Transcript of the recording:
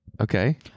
Okay